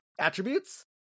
Attributes